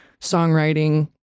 songwriting